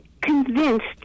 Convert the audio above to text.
convinced